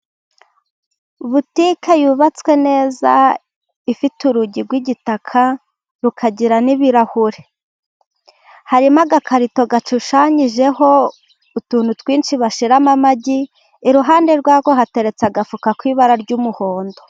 Butike yubatswe neza ifite urugi rw'igitaka rukagira n'ibirahure, harimo agakarito gashushanyijeho utuntu twinshi bashiramo amagi, iruhande rwako hateretse agafuka k'ibara ry'umuhondo.